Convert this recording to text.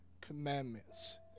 commandments